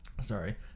sorry